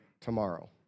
tomorrow